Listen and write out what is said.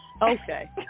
Okay